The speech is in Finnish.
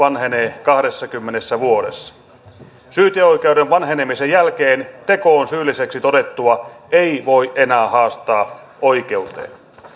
vanhenee kahdessakymmenessä vuodessa syyteoikeuden vanhenemisen jälkeen tekoon syylliseksi todettua ei voi enää haastaa oikeuteen